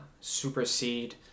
supersede